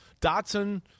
Dotson